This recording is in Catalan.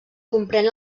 comprèn